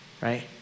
right